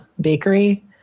bakery